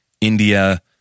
india